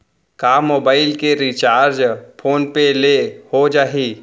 का मोबाइल के recharge phone पे ले हो जाही?